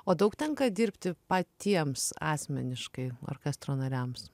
o daug tenka dirbti patiems asmeniškai orkestro nariams